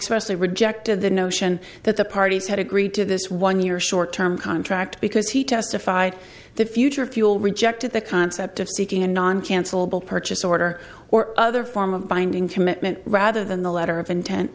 they rejected the notion that the parties had agreed to this one year short term contract because he testified the future of fuel rejected the concept of seeking a non cancelable purchase order or other form of binding commitment rather than the letter of intent